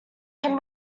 can